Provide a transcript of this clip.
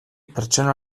pertsona